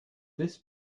this